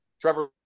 trevor